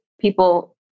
people